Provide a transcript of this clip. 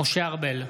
משה ארבל,